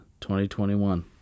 2021